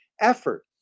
effort